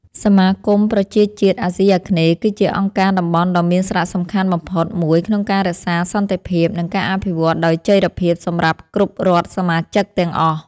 សមាគមប្រជាជាតិអាស៊ីអាគ្នេយ៍ គឺជាអង្គការតំបន់ដ៏មានសារៈសំខាន់បំផុតមួយក្នុងការរក្សាសន្តិភាព និងការអភិវឌ្ឍដោយចីរភាពសម្រាប់គ្រប់រដ្ឋសមាជិកទាំងអស់។